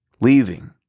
leaving